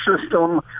system